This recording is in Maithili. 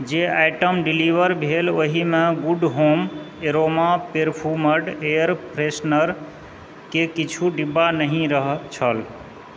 जे आइटम डिलीवर भेल ओहिमे good home aroma perfumed air freshener के किछु डिब्बा नहि छल